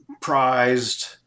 prized